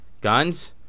guns